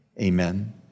Amen